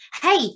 hey